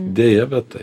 deja bet taip